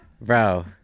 Bro